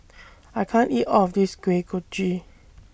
I can't eat of This Kuih Kochi